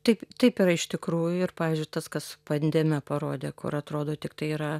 taip taip yra iš tikrųjų ir pavyzdžiui tas kas pandemija parodė kur atrodo tiktai yra